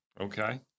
Okay